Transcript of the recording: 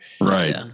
Right